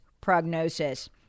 prognosis